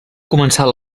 començar